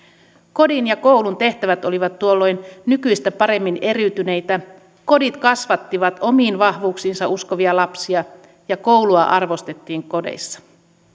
kodin ja koulun tehtävät olivat tuolloin nykyistä paremmin eriyty neitä kodit kasvattivat omiin vahvuuksiinsa uskovia lapsia ja koulua arvostettiin kodeissa